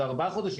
זה ארבעה חודשים.